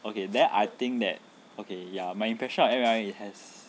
okay then I think that okay ya my impression of M_L_M has